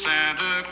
Santa